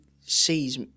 sees